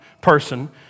person